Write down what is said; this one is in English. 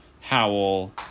Howell